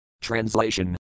Translation